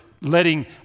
letting